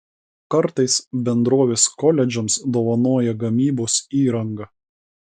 kartais bendrovės koledžams dovanoja gamybos įrangą